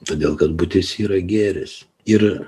todėl kad būtis yra gėris ir